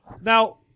Now